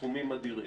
סכומים אדירים.